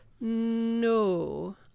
no